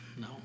No